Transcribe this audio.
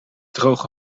droge